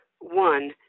one